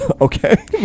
Okay